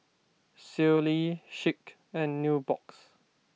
Sealy Schick and Nubox